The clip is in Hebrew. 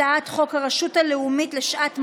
הצעת חוק הרשות הלאומית לשעת משבר,